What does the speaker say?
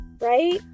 right